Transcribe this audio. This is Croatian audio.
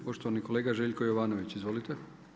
Poštovani kolega Željko Jovanović, izvolite.